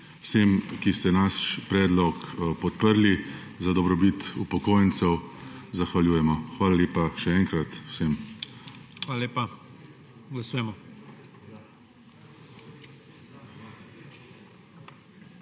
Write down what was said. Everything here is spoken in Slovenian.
vsem, ki ste naš predlog podprli za dobrobit upokojencev, zahvaljujemo. Hvala lepa še enkrat vsem. **PREDSEDNIK